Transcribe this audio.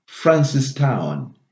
Francistown